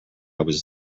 was